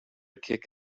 kick